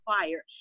required